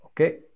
Okay